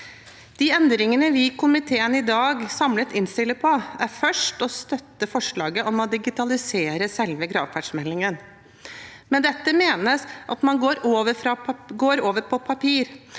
De endringene vi i komiteen i dag samlet innstiller på, er først å støtte forslaget om å digitalisere selve gravferdsmeldingen. Med dette menes at man går fra papir